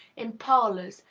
in parlors,